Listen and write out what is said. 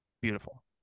beautiful